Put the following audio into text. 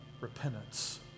repentance